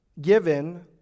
given